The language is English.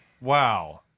Wow